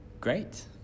Great